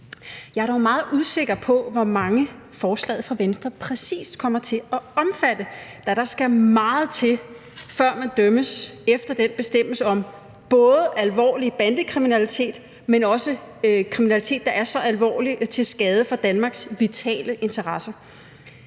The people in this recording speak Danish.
Jeg er dog meget usikker på, hvor mange forslaget fra Venstre præcis kommer til at omfatte, da der skal meget til, før man dømmes efter den bestemmelse, både alvorlig bandekriminalitet, men også kriminalitet, der er så alvorligt til skade for Danmarks vitale interesser.